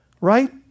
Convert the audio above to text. right